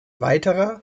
weiterer